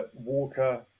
Walker